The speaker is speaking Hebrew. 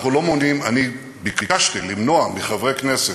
אנחנו לא מעוניינים, אני ביקשתי למנוע מחברי כנסת,